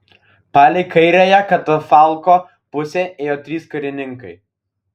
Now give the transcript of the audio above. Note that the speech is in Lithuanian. palei kairiąją katafalko pusę ėjo trys karininkai